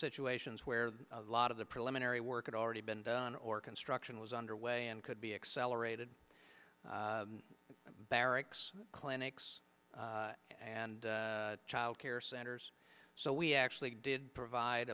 situations where a lot of the preliminary work it already been done or construction was underway and could be accelerated barracks clinics and childcare centers so we actually did provide